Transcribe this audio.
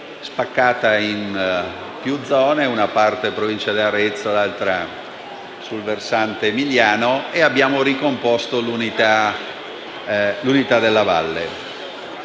spaccata in più zone, una in Provincia di Arezzo e l'altra sul versante emiliano, e abbiamo ricomposto l'unità della valle.